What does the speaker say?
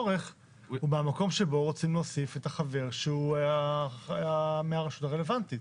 הצורך הוא מהמקום שבו רוצים להוסיף את החבר שהוא מהרשות הרלוונטית.